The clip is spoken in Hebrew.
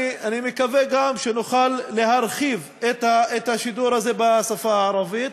אני מקווה גם שנוכל להרחיב את השידור הזה בשפה הערבית.